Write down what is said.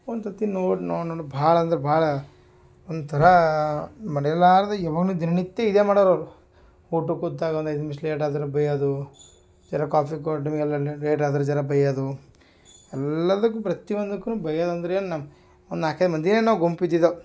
ಒಂದುಸತಿ ನೋಡಿ ನೋಡಿ ನೋಡಿ ಭಾಳ ಅಂದರೆ ಭಾಳ ಒಂಥರ ಮರೆಯಲಾರದೆ ಅವನು ದಿನನಿತ್ಯ ಇದೇ ಮಾಡೋರವರು ಊಟುಕ್ಕೆ ಕುತ್ತಾಗ ಒಂದು ಐದು ನಿಮಿಷ ಲೇಟಾದರು ಬೈಯೋದು ಜರ ಕಾಫಿ ಎಲ್ಲ ಲೇಟಾದರೆ ಜರ ಬೈಯೋದು ಎಲ್ಲದಕ್ಕೂ ಪ್ರತಿಯೊಂದಕ್ಕೂ ಬೈಯೋದಂದರೆ ಏನು ನಮ್ಮ ಒಂದು ನಾಲ್ಕೈದು ಮಂದಿ ಏನು ನಾವು ಗುಂಪಿದಿದ್ದೋ